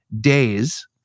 days